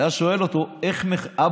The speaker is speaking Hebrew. הוא היה שואל אותו: אבא,